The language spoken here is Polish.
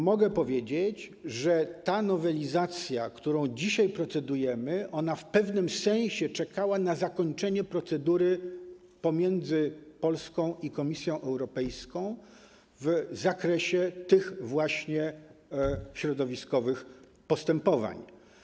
Mogę powiedzieć, że ta nowelizacja, nad którą dzisiaj procedujemy, w pewnym sensie czekała na zakończenie procedury pomiędzy Polską i Komisją Europejską w zakresie tych właśnie środowiskowych postepowań.